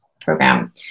program